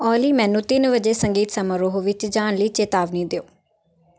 ਓਏਲੀ ਮੈਨੂੰ ਤਿੰਨ ਵਜੇ ਸੰਗੀਤ ਸਮਾਰੋਹ ਵਿੱਚ ਜਾਣ ਲਈ ਚੇਤਾਵਨੀ ਦਿਓ